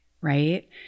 right